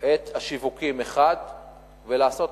את השיווקים, מצד אחד, ולתת